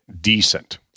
decent